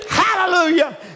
hallelujah